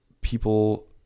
people